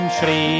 Shri